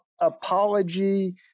apology